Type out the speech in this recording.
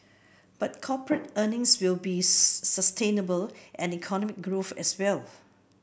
but corporate earnings will be sustainable and economic growth as well